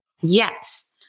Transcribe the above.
Yes